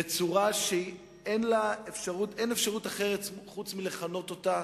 בצורה שאין אפשרות לכנות אותה